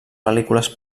pel·lícules